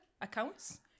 accounts